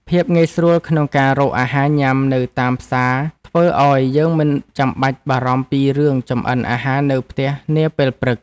ភាពងាយស្រួលក្នុងការរកអាហារញ៉ាំនៅតាមផ្សារធ្វើឱ្យយើងមិនចាំបាច់បារម្ភពីរឿងចំអិនអាហារនៅផ្ទះនាពេលព្រឹក។